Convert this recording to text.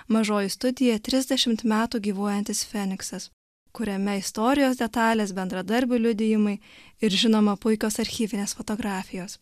mažoji studija trisdešimt metų gyvuojantis feniksas kuriame istorijos detalės bendradarbių liudijimai ir žinoma puikios archyvinės fotografijos